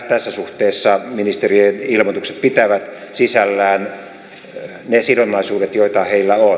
tässä suhteessa ministerien ilmoitukset pitävät sisällään ne sidonnaisuudet joita heillä on